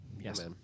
Yes